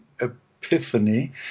epiphany